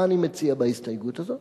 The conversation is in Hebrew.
מה אני מציע בהסתייגות הזאת?